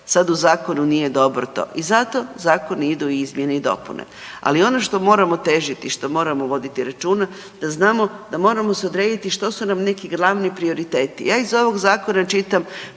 sad u zakonu nije dobro to i zato zakoni idu u izmjene i dopune. Ali ono što moramo težiti, što moramo voditi računa da znamo da moramo se odrediti što su nam neki glavni prioriteti. Ja iz ovog zakona čitam